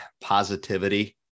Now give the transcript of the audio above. positivity